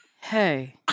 hey